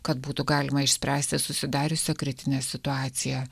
kad būtų galima išspręsti susidariusią kritinę situaciją